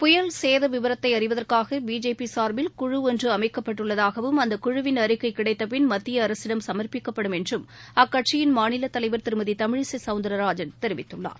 புயல் சேதவிபரத்தைஅறிவதற்காகபிஜேபிசாா்பில் ஒன்றுஅமைக்கப்பட்டுள்ளதாகவும் குழு அறிக்கைகிடைத்தபின் மத்தியஅரசிடம் சம்ப்பிக்கப்படும் என்றும் அக்கட்சியின் அந்தகுழுவின் மாநிலதலைவர் திருமதிதமிழிசைசௌந்தர்ராஜன் தெரிவித்துள்ளார்